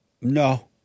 No